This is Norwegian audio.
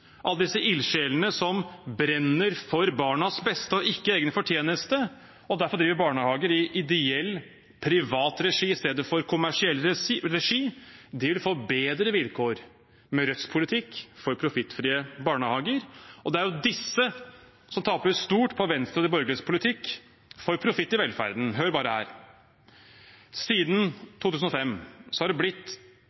alle disse ildsjelene som brenner for barnas beste og ikke egen fortjeneste, og derfor driver barnehager i ideell privat regi i stedet for kommersiell regi. De vil få bedre vilkår med Rødts politikk for profittfrie barnehager. Det er jo disse som taper stort på Venstre og de borgerliges politikk for profitt i velferden. Hør bare her: Siden